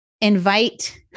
invite